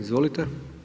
Izvolite.